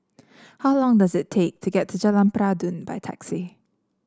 how long does it take to get to Jalan Peradun by taxi